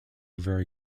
very